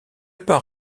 par